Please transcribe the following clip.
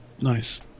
Nice